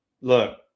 look